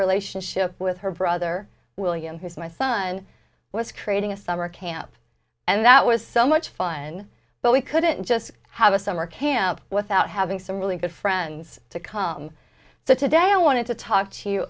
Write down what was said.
relationship with her brother william who's my son was creating a summer camp and that was so much fun but we couldn't just have a summer camp without having some really good friends to come so today i wanted to talk to